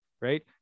right